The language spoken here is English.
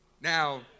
Now